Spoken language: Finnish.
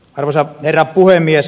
arvoisa herra puhemies